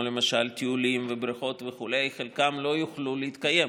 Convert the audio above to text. למשל טיולים ובריכות וכו' חלקן לא יוכלו להתקיים